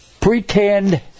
Pretend